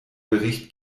gericht